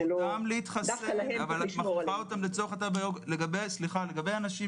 זכותם להתחסן אבל את מכריחה אותם לצורך התו הירוק.